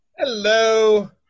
Hello